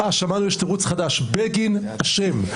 שמענו שיש תירוץ חדש, בגין אשם.